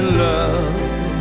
love